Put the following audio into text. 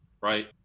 right